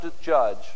judge